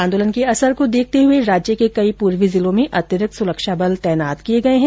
आंदोलन को असर को देखते हुए राज्य के कई पूर्वी जिलों में अतिरिक्त सुरक्षा बल तैनात किए गए हैं